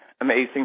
amazing